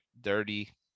dirty